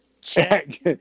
check